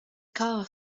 car